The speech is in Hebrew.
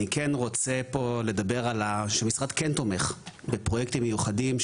אני כן רוצה לדבר שהמשרד כן תומך בפרויקטים מיוחדים,